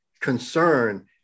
concern